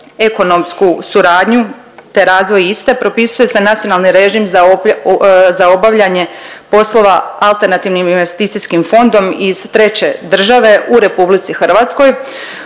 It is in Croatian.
ekonomsku suradnju te razvoj iste propisuje se nacionalni režim za obavljanje poslova alternativnim investicijskim fondom iz treće države u RH odnosno